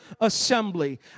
assembly